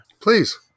Please